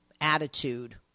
attitude